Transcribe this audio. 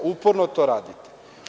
Uporno to radite.